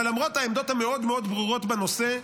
אבל למרות העמדות המאוד-מאוד ברורות בנושא,